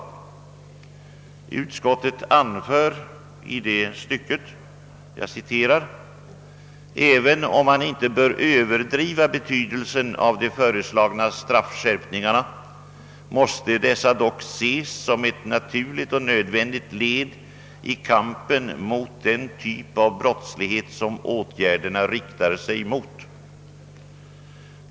Utskottet anför i det stycket: »Även om man inte bör överdriva betydelsen av de föreslagna straffskärpningarna, måste dessa dock ses som ett naturligt och nödvändigt led i kampen mot den typ av brottslighet, som åtgärderna riktar sig mot.